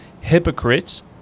Hypocrites